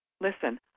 listen